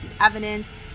evidence